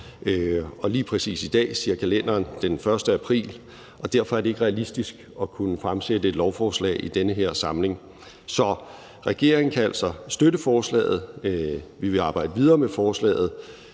lige præcis i dag siger kalenderen den 1. april, og derfor er det ikke realistisk at kunne fremsætte et lovforslag i den her samling. Så regeringen kan altså støtte forslaget. Vi vil arbejde videre med forslaget